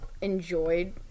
enjoyed